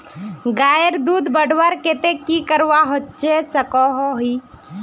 गायेर दूध बढ़वार केते की करवा सकोहो ही?